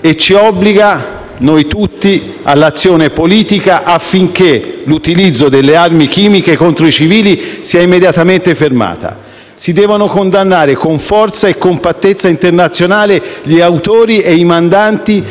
e obbliga noi tutti all’azione politica affinché l’utilizzo delle armi chimiche contro i civili sia immediatamente fermato. Si devono condannare con forza e compattezza internazionale gli autori e i mandanti